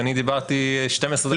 שאני דיברתי 12 דקות ואתה תמצת את זה.